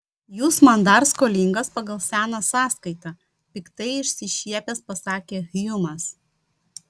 jūs man dar skolingas pagal seną sąskaitą piktai išsišiepęs pasakė hjumas